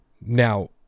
Now